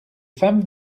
femmes